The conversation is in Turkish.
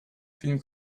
film